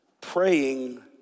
praying